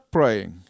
praying